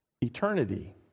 eternity